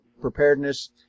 preparedness